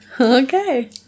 okay